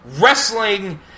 wrestling